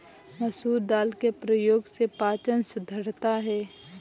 मसूर दाल के प्रयोग से पाचन सुधरता है